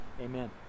amen